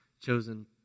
chosen